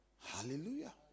Hallelujah